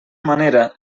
manera